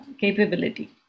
capability